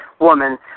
woman